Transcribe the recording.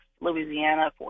Louisiana